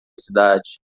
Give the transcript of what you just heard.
cidade